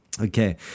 Okay